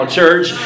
church